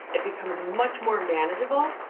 it becomes much more manageable,